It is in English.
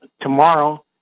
tomorrow